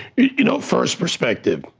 you know, first perspective.